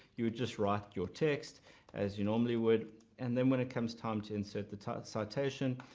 you would just write your text as you normally would and then when it comes time to insert the title citation,